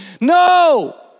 No